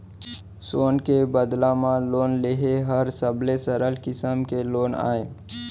सोन के बदला म लोन लेहे हर सबले सरल किसम के लोन अय